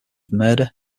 murder